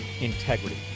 integrity